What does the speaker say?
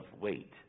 weight